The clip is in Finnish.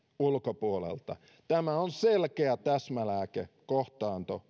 ulkopuolelta tämä on selkeä täsmälääke kohtaanto